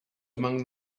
among